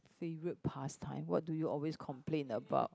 favourite pastime what do you always complain about